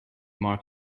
mark